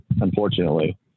unfortunately